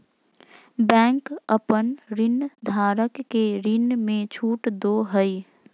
bank अपन ऋणधारक के ऋण में छुट दो हइ